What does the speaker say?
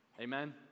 Amen